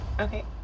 Okay